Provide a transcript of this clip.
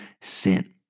sin